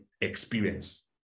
experience